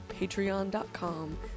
patreon.com